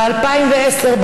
ב-2010,